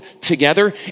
together